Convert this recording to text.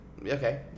okay